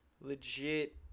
Legit